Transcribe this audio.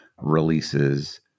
releases